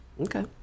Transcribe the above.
Okay